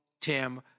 Tim